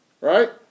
right